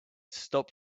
stop